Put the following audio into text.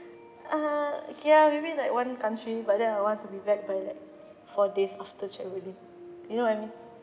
uh okay ah maybe like one country but then I want to be back by like four days after travelling you know what I mean